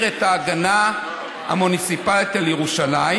את ההגנה המוניציפלית על ירושלים,